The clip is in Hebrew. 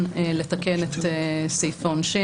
של הדיונים נעה סביב פרק זמן של 18 חודשים,